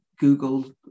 Google